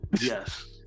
Yes